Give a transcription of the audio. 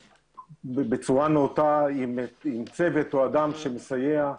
בצורה נאותה עם צוות או אדם שמסייע.